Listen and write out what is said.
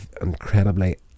incredibly